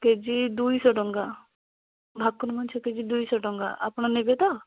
KG ଦୁଇ ଶହ ଟଙ୍କା ଭାକୁର ମାଛ କେଜି ଦୁଇ ଶହ ଟଙ୍କା ଆପଣ ନେବେ ତ